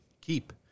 keep